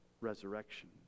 resurrection